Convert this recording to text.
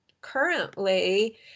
currently